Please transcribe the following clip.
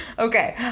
Okay